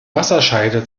wasserscheide